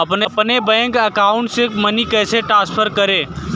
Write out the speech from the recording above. अपने bank account से money कैसे ट्रांसफर करें?